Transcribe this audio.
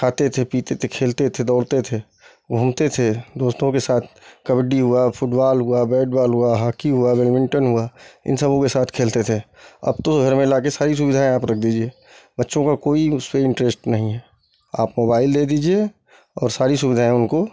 खाते थे पीते थे खेलते थे दौड़ते थे घूमते थे दोस्तों के साथ कबड्डी हुआ फुटबाल हुआ बैट बाल हुआ हाकी हुआ बैडमिंटन हुआ इन सबों के साथ खेलते थे अब तो घर में ला कर सारी सुविधाएं आप रख दीजिए बच्चों का कोई उसमें इन्टरेस्ट नहीं है आप मोबाइल दे दीजिए और सारी सुविधाएं उनको